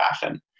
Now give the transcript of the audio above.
fashion